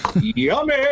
Yummy